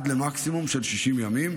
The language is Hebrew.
עד למקסימום של 60 ימים,